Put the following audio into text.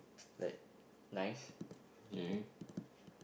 like nice